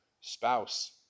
spouse